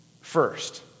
first